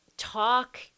talk